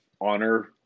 Honor